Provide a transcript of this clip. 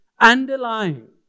Underlying